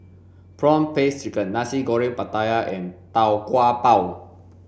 prawn paste chicken nasi goreng pattaya and tau kwa pau